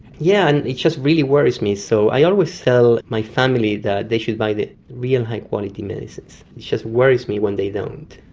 yeah and it just really worries me. so i always tell my family that they should buy the real high-quality medicines. it just worries me when they don't.